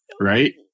right